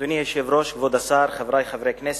אדוני היושב-ראש, כבוד השר, חברי חברי הכנסת,